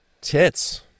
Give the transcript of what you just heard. tits